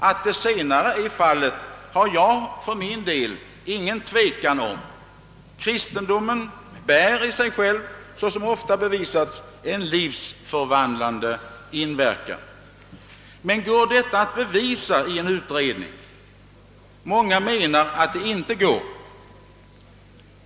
Att detta är fallet hyser jag för min del ingen tvekan om. Kristendomen är i sig själv livsförvandlande. Men går detta att bevisa vid en utredning? Många menar att det inte är möjligt.